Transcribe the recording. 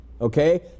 Okay